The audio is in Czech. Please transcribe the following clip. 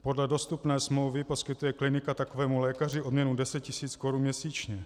Podle dostupné smlouvy poskytuje klinika takovému lékaři odměnu 10 tisíc korun měsíčně.